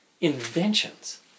inventions